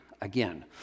again